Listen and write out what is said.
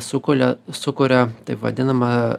sukulia sukuria taip vadinamąją